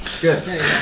Good